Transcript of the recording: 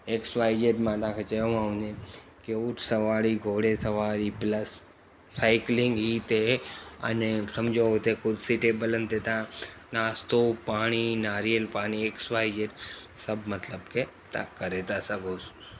x Y Z मां तव्हांखे चयोमाव उने के ऊंट सवारी घोड़े सवारी प्लस साइक्लिंग ही ते अने सम्झो हुते कुर्सी टेबलनि ते तव्हां नाश्तो पाणी नारेल पाणी एक्स वाए ज़ेड सभु मतिलब तव्हां करे था सघोसि